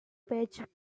page